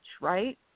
right